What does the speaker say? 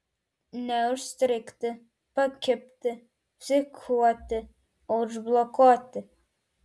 ne užstrigti pakibti psichuoti o užblokuoti